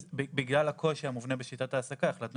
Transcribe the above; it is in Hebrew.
בגלל הקושי המובנה בשיטת ההעסקה החלטנו